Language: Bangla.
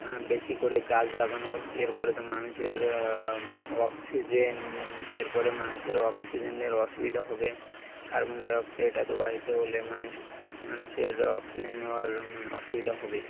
বেশি করে গাছ লাগানো হোক এরপরে তো মানুষের অক্সিজেন এরপরে মানুষের অক্সিজেনের অসুবিধা হবে কার্বন ডাই অক্সাইড তো বাহিতে হলে মানুষ মানুষের অক্সিজেন নেওয়ার অসুবিধা হবে